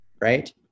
right